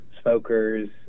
Smokers